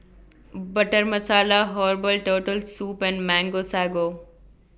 Butter Masala Herbal Turtle Soup and Mango Sago